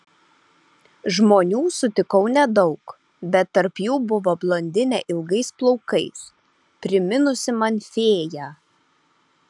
žmonių sutikau nedaug bet tarp jų buvo blondinė ilgais plaukais priminusi man fėją